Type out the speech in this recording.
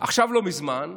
עכשיו לא מזמן,